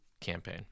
campaign